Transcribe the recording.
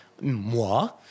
moi